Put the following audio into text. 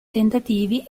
tentativi